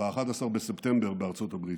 ב-11 בספטמבר בארצות הברית.